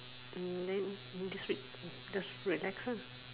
um then this week just relax lah